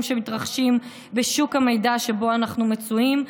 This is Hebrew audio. שמתרחשים בשוק המידע שבו אנחנו מצויים.